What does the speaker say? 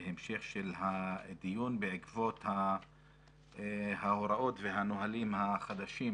בהמשך של הדיון בעקבות ההוראות והנהלים החדשים,